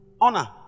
Honor